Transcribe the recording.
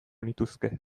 nituzke